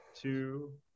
two